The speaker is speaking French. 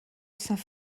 saint